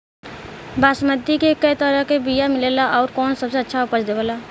बासमती के कै तरह के बीया मिलेला आउर कौन सबसे अच्छा उपज देवेला?